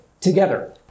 together